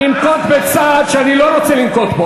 אני אנקוט צעד שאני לא רוצה לנקוט.